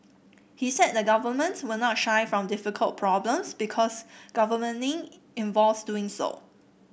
he said the government will not shy from difficult problems because governing involves doing those